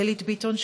גלית ביטון,